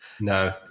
no